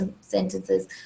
sentences